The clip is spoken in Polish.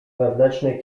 wewnętrznej